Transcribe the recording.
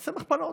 תעשה מכפלות.